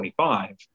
25